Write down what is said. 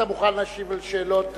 האם אתה מוכן להשיב על שאלות,